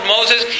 Moses